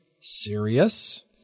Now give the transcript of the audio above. serious